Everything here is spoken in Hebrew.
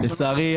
לצערי,